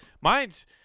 Mine's